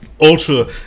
ultra